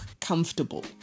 comfortable